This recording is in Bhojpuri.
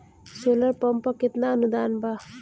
सोलर पंप पर केतना अनुदान बा?